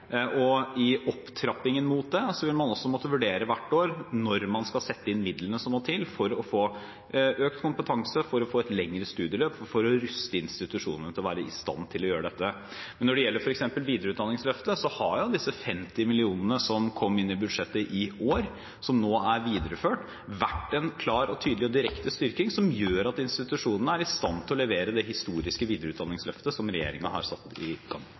I opptrappingen mot det vil man også hvert år måtte vurdere når man skal sette inn midlene som må til for å få økt kompetanse, for å få et lengre studieløp, for å ruste institusjonene til å gjøre dette. Når det gjelder f.eks. videreutdanningsløftet, har de 50 mill. kr som kom inn i budsjettet i år, og som nå er videreført, vært en klar og tydelig direkte styrking, som gjør at institusjonene er i stand til å levere det historiske videreutdanningsløftet som regjeringen har satt i gang.